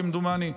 כמדומני,